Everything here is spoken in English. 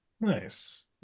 Nice